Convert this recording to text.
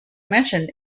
mentioned